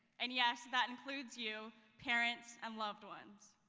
and yes, that includes you, parents and loved ones.